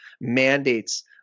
mandates